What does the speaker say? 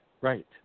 Right